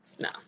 no